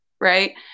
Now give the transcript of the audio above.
right